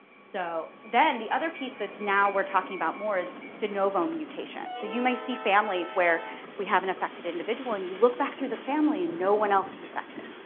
so then the other piece that's now we're talking about more is de novo mutations so you may see families where we have an affected individual and you look back through the family and no one else is affected.